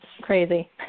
crazy